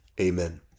amen